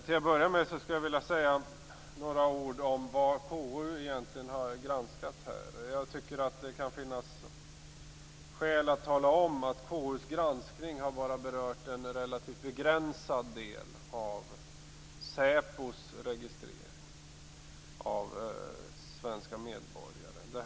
Till att börja med skulle jag vilja säga några ord om vad KU egentligen har granskat. Jag tycker att det kan finnas skäl att tala om att KU:s granskning enbart har berört en relativt begränsad del av säpos registrering av svenska medborgare.